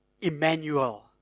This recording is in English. Emmanuel